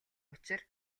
учир